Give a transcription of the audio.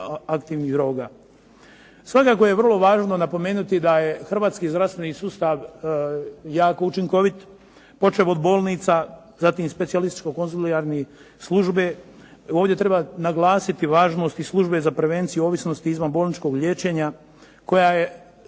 Svakako je vrlo važno napomenuti da je hrvatski zdravstveni sustav jako učinkovit počev od bolnica, zatim specijalističko-konzilijarne službe. Ovdje treba naglasiti i važnost i službe za prevenciju ovisnosti i izvanbolničkog liječenja koja je